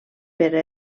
per